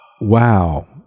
Wow